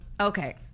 Okay